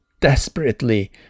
desperately